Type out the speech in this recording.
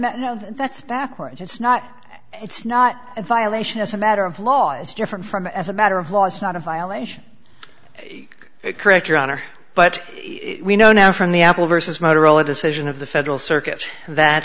met no that's backwards it's not it's not a violation as a matter of law is different from as a matter of law it's not a violation correct your honor but we know now from the apple versus motorola decision of the federal circuit that